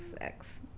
sex